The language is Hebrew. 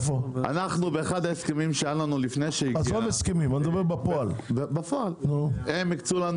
באחד ההסכמים שהיה לנו, הם הקצו לנו